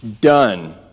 done